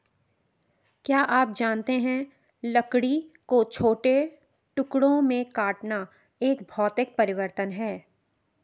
क्या आप जानते है लकड़ी को छोटे टुकड़ों में काटना एक भौतिक परिवर्तन है?